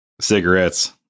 cigarettes